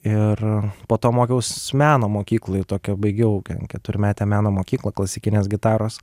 ir po to mokiaus meno mokykloj tokią baigiau ke keturmetę meno mokyklą klasikinės gitaros